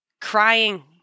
crying